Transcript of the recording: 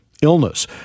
illness